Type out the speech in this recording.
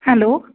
hello